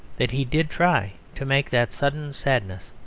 that he did try to make that sudden sadness,